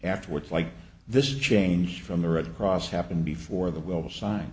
afterward like this change from the red cross happened before the well sign